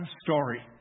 story